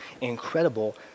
incredible